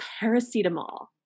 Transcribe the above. paracetamol